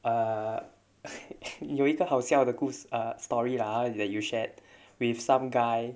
err 有一个好笑的故事 story lah that you shared with some guy